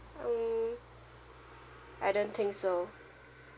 um I don't think so